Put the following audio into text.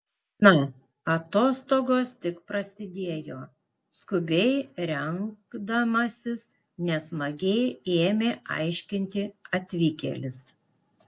na atostogos tik prasidėjo skubiai rengdamasis nesmagiai ėmė aiškinti atvykėlis